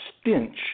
stench